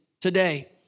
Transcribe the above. today